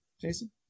Jason